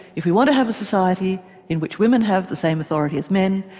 if you want to have a society in which women have the same authority as men,